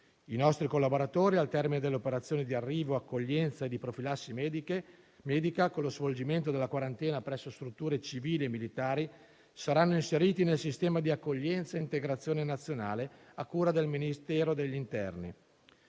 I nostri collaboratori, al termine delle operazioni di arrivo, accoglienza e profilassi medica, con lo svolgimento della quarantena presso strutture civili e militari, saranno inseriti nel sistema di accoglienza e integrazione nazionale, a cura del Ministero degli interni.